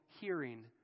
hearing